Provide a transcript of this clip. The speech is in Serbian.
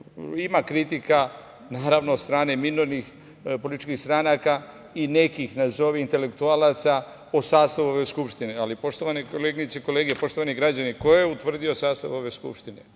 ima kritika, naravno od strane minornih političkih stranaka i nekih nazovi intelektualaca po sastavu ove Skupštine. Poštovane koleginice i kolege, poštovani građani, ko je utvrdio sastav ove Skupštine?